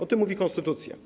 O tym mówi konstytucja.